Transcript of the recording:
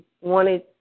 wanted